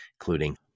including